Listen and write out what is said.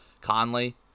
Conley